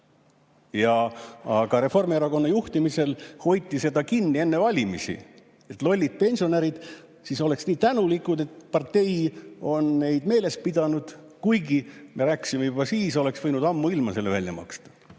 Jah. Aga Reformierakonna juhtimisel hoiti seda kinni enne valimisi. Et lollid pensionärid siis oleksid nii tänulikud, et partei on neid meeles pidanud, kuigi me rääkisime sellest juba siis ja oleks võinud ammuilma selle välja maksta.